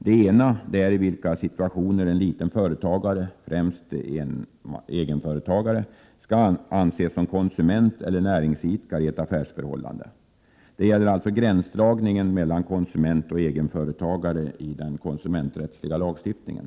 Den ena gäller i vilka situationer en liten företagare — främst en egenföretagare — skall anses vara konsument eller näringsidkare i ett affärsförhållande. Det handlar alltså om gränsdragningen mellan konsument och egenföretaga Prot. 1987/88:124 re i den konsumenträttsliga lagstiftningen.